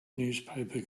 newspaper